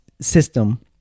system